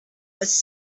was